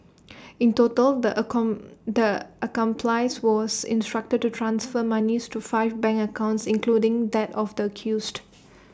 in total the account accomplice was instructed to transfer monies to five bank accounts including that of the accused